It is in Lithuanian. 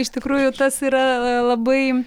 iš tikrųjų tas yra labai